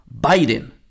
Biden